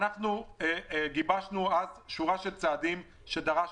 אנחנו גיבשנו אז שורה של צעדים אותם דרשנו.